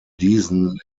diesen